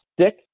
stick